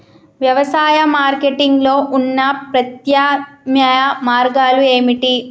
వ్యవసాయ మార్కెటింగ్ లో ఉన్న ప్రత్యామ్నాయ మార్గాలు ఏమిటి?